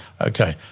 okay